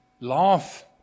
laugh